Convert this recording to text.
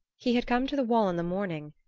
he had come to the wall in the morning,